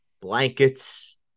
blankets